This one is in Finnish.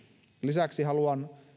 lisäksi haluan